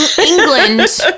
England